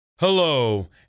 Hello